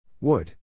Wood